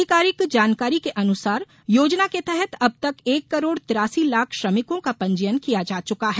अधिकारिक जानकारी के अनुसार योजना के तहत अब तक एक करोड़ तिरासी लाख श्रमिकों का पंजीयन किया जा चुका है